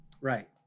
Right